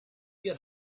get